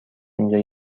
اینجا